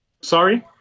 Sorry